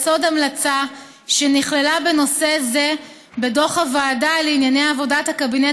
על יסוד המלצה שנכללה בנושא זה בדוח הוועדה לעניין עבודת הקבינט